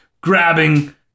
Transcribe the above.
grabbing